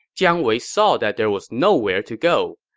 jiang wei saw that there was nowhere to go.